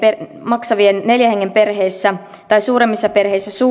maksavien neljän hengen perheissä tai suuremmissa perheissä